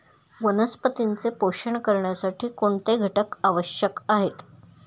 वनस्पतींचे पोषण करण्यासाठी कोणते घटक आवश्यक आहेत?